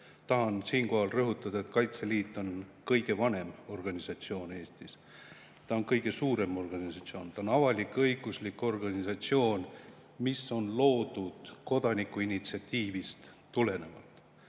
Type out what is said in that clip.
Tahan siinkohal rõhutada, et Kaitseliit on kõige vanem organisatsioon Eestis, kõige suurem organisatsioon. Ta on avalik‑õiguslik organisatsioon, mis on loodud kodanikuinitsiatiivist tulenevalt,